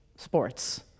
Sports